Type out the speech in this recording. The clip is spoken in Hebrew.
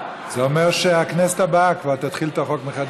זה אומר שהכנסת הבאה כבר תתחיל את החוק מחדש.